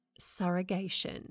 surrogation